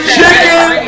Chicken